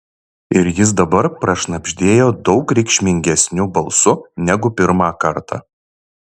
ir jis dabar prašnabždėjo daug reikšmingesniu balsu negu pirmą kartą